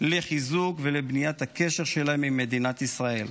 לחיזוק ולבניית הקשר שלהם עם מדינת ישראל.